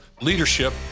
leadership